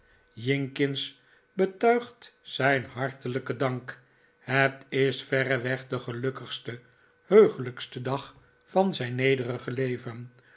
jinkins betuigt zijn hartelijken dank het is verreweg de gelukkigste heuglijkste dag van zijn nederige leven